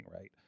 right